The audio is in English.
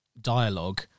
dialogue